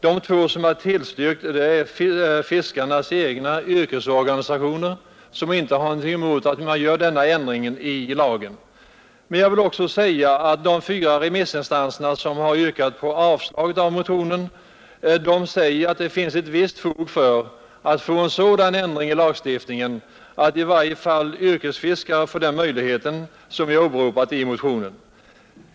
De två som tillstyrkt är fiskarnas egna yrkesorganisationer, som inte har något emot att den föreslagna ändringen i lagen görs. Jag vill emellertid också säga att de fyra remissinstanser som yrkat avslag på motionen framhåller att det finns visst fog för den i motionen föreslagna ändringen av lagstiftningen, i varje fall för yrkesfiskare.